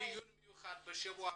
דיון מיוחד בשבוע הבא,